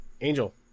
Angel